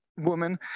woman